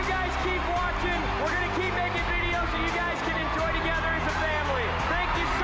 you guys can enjoy together as a family. thank you